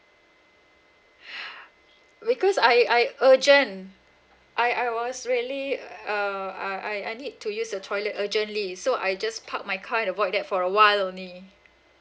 because I I urgent I I was really uh I I need to use the toilet urgently so I just park my car at the void deck for a while only